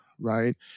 right